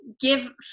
give